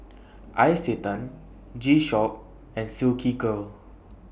Isetan G Shock and Silkygirl